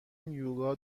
یوگا